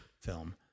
film